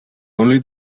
only